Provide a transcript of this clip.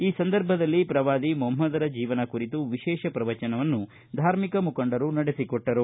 ಈ ಸಂದರ್ಭದಲ್ಲಿ ಪ್ರವಾದಿ ಮೊಹಮ್ದದರ ಜೀವನದ ಕುರಿತು ವಿಶೇಷ ಪ್ರವಚನವನ್ನು ಧಾರ್ಮಿಕ ಮುಖಂಡರು ನಡೆಸಿಕೊಟ್ಟರು